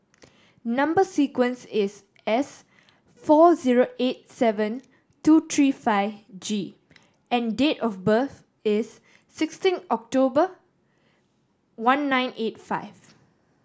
number sequence is S four zero eight seven two three five G and date of birth is sixteen October one nine eight five